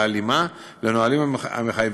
בהלימה לנהלים המחייבים.